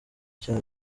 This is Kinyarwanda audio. cya